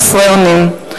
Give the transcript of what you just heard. חסרי אונים.